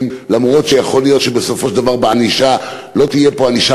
אף שיכול להיות שבסופו של דבר לא תהיה פה ענישה